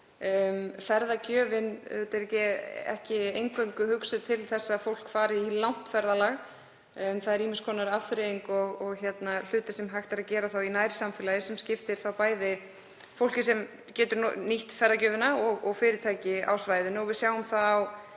Ferðagjöfin er auðvitað ekki eingöngu hugsuð til þess að fólk fari í langt ferðalag og það er ýmiss konar afþreying og hlutir sem hægt er að gera í nærsamfélaginu sem skipta máli fyrir bæði fólkið sem getur nýtt ferðagjöfina og fyrirtæki á svæðinu. Við sjáum það á